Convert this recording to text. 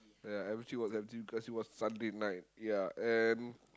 ya every street was empty because it was Sunday night ya and